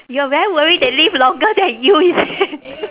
you are very worried they live longer than you is it